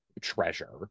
treasure